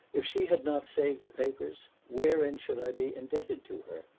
if she had not saved the papers wherein should i be indebted to her?